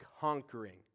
conquering